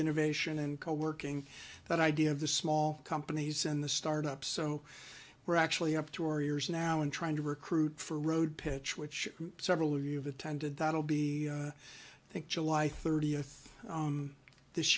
innovation and co working that idea of the small companies and the startups so we're actually up to our ears now in trying to recruit for road pitch which several you've attended that'll be i think july thirtieth this